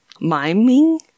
miming